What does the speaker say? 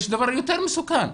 יש דבר יותר מסוכן.